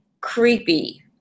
creepy